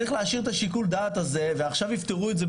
צריך להשאיר את שיקול הדעת הזה ועכשיו יפתרו את זה,